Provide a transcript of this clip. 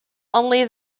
only